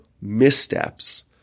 missteps